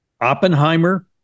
Oppenheimer